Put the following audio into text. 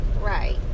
Right